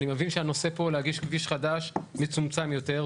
אני מבין שהנושא פה הוא להגיש כביש חדש מצומצם יותר,